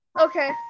Okay